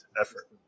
effort